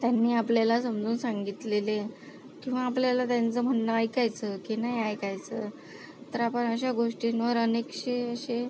त्यांनी आपल्याला समजून सांगितलेले किंवा आपल्याला त्यांचं म्हणणं ऐकायचं की नाही ऐकायचं तर आपण अशा गोष्टींवर अनेकसे असे